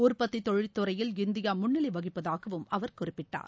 உற்பத்திதொழில் துறையில் இந்தியாமுன்னிலைவகிப்பதாகவும் அவர் குறிப்பிட்டார்